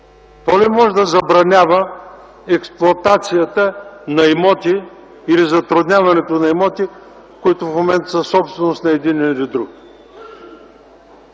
То не може да забранява експлоатацията на имоти или затрудняването на имоти, които в момента са собственост на един или друг.